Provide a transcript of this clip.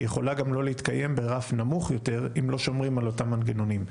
היא יכולה גם לא להתקיים ברף נמוך יותר אם לא שומרים על אותם מנגנונים.